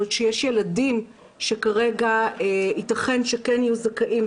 עוד שיש ילדים שכרגע ייתכן שכן יהיו זכאים,